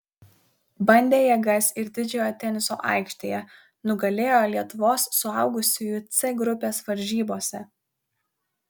bandė jėgas ir didžiojo teniso aikštėje nugalėjo lietuvos suaugusiųjų c grupės varžybose